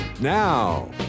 Now